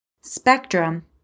Spectrum